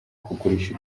kugurisha